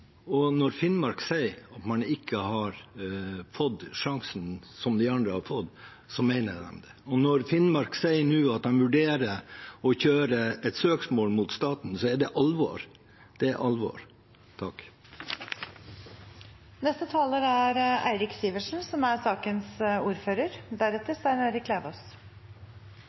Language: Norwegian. viktig. Når finnmarkingene sier at man ikke har fått den sjansen som de andre har fått, mener de det, og når Finnmark nå sier at man vurderer å kjøre et søksmål mot staten, er det alvor. Det er alvor. Som sakens ordfører